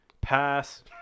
Pass